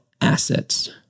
assets